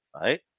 right